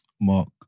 Mark